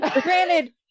Granted